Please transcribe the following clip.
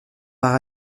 par